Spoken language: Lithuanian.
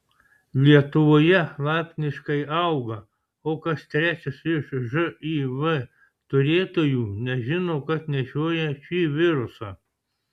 lietuvoje laipsniškai auga o kas trečias iš živ turėtojų nežino kad nešioja šį virusą